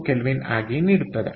2K ಆಗಿ ನೀಡುತ್ತದೆ